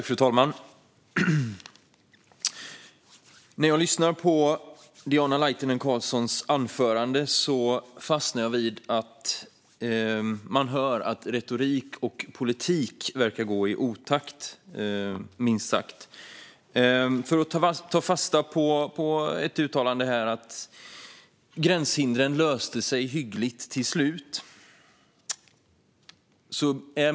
Fru talman! När jag lyssnade på Diana Laitinen Carlssons anförande fastnade jag vid att man hör att retorik och politik minst sagt verkar gå i otakt. Låt mig ta fasta på ett uttalande om att gränshindren löstes hyggligt till slut.